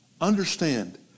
understand